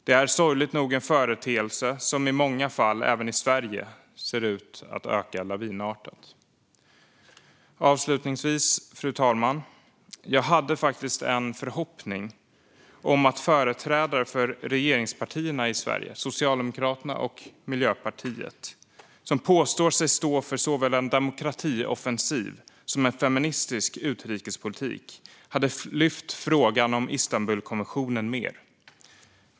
Detta är sorgligt nog en företeelse som i många fall, även i Sverige, ser ut att öka lavinartat. Avslutningsvis, fru talman! Jag hade faktiskt en förhoppning om att företrädare för regeringspartierna i Sverige, Socialdemokraterna och Miljöpartiet, som påstår sig stå för såväl en demokratioffensiv som en feministisk utrikespolitik, skulle lyfta frågan om Istanbulkonventionen mer.